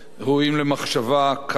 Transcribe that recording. מסודרת,